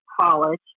college